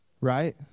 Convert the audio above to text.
Right